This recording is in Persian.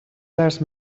درس